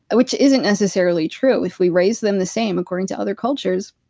which isn't necessarily true. if we raise them the same, according to other cultures,